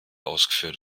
ausgeführt